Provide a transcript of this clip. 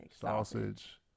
sausage